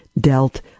dealt